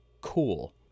Cool